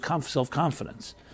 self-confidence